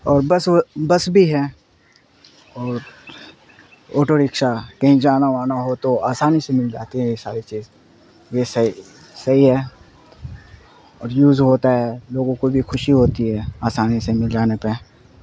اور بس وہ بس بھی ہے اور اوٹو رکشا کہیں جانا وانا ہو تو آسانی سے مل جاتی ہے یہ ساری چیز یہ صحیح صحیح ہے اور یوز ہوتا ہے لوگوں کو بھی خوشی ہوتی ہے آسانی سے مل جانے پہ